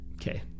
Okay